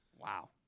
Wow